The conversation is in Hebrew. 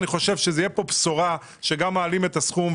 אני חושב שזו תהיה בשורה שגם מעלים את הסכום,